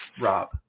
Rob